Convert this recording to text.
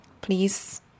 Please